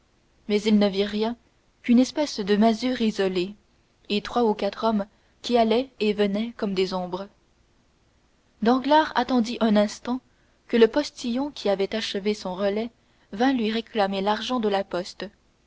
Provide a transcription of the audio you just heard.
mais il ne vit rien qu'une espèce de masure isolée et trois ou quatre hommes qui allaient et venaient comme des ombres danglars attendit un instant que le postillon qui avait achevé son relais vînt lui réclamer l'argent de la poste